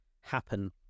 happen